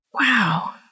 Wow